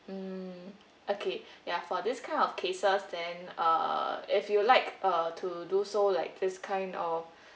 mm okay ya for this kind of cases then uh if you like uh to do so like this kind of